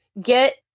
get